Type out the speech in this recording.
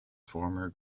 former